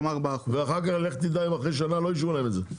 כלומר 4%. ואחר כך לך תדע אם אחרי שנה לא אישרו להם את זה.